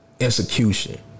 execution